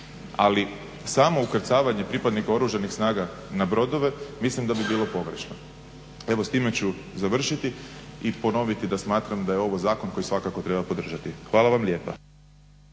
Ali samo ukrcavanje pripadnika oružanih snaga na brodove mislim da bi bilo pogrešno. Evo s time ću završiti i ponoviti da smatram da je ovo zakon koji svakako treba podržati. Hvala vam lijepa.